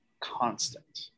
constant